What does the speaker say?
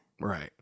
Right